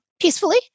peacefully